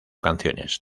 canciones